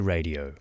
Radio